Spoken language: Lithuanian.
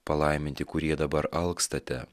palaiminti kurie dabar alkstate